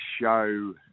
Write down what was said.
show